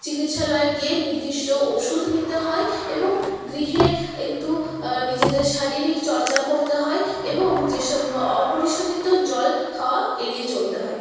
চিকিৎসালয়ে গিয়ে নির্দিষ্ট ওষুধ নিতে হয় এবং গৃহে একটু নিজেদের শারীরিক চর্চা করতে হয় এবং যেসব অপরিশোধিত জল খাওয়া এড়িয়ে চলতে হয়